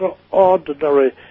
extraordinary